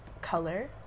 color